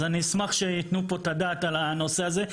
אז אני אשמח שייתנו פה את הדעת על הנושא הזה.